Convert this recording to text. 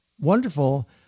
wonderful